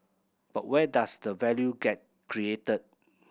but where does the value get created